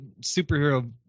superhero